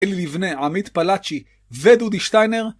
אלי לבנה עמית פלאצ'י ודודי שטיינר